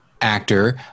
actor